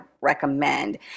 recommend